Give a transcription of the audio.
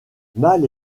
mâles